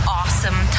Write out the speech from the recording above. awesome